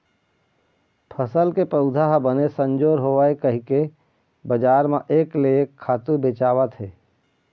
फसल के पउधा ह बने संजोर होवय कहिके बजार म एक ले एक खातू बेचावत हे